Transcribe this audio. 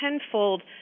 tenfold